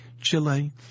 Chile